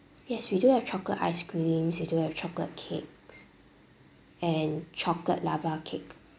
yes we do have chocolate ice creams we do have chocolate cakes and chocolate lava cake